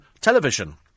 television